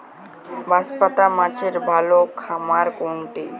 বাঁশপাতা মাছের ভালো খাবার কোনটি?